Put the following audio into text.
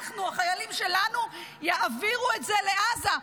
אנחנו, החיילים שלנו, יעבירו את זה לעזה.